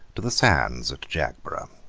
to the sands at jagborough.